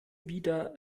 wieder